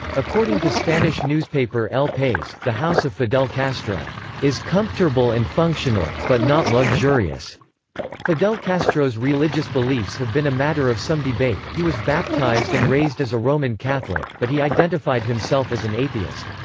according to spanish newspaper el pais, the house of fidel castro is comfortable and functional, but not luxurious fidel castro's religious beliefs have been a matter of some debate he was baptized and raised as a roman catholic, but he identified himself as an atheist.